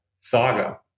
saga